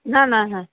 না না হ্যাঁ